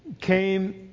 came